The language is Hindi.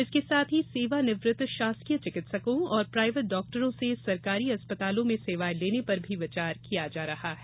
इसके साथ ही सेवानिवृत्त शासकीय चिकित्सकों और प्रायवेट डाक्टरों से सरकारी अस्पतालों में सेवाये लेने पर भी विचार किया जा रहा है